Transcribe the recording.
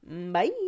bye